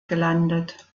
gelandet